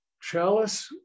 chalice